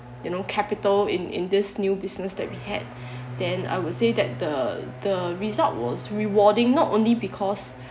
you know capital in in this new business that we had then I would say that the the result was rewarding not only because